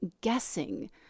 guessing